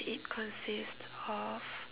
it consists of